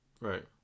Right